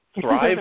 Thrive